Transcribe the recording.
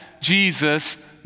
Jesus